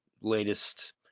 latest